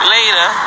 Later